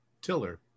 Tiller